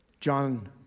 John